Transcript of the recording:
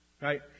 Right